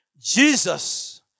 Jesus